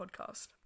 podcast